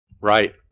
Right